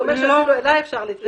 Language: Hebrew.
אני אומרת שאפילו אלי אפשר להתקשר.